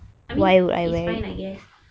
I think it's fine I guess